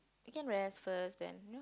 we can rest first then you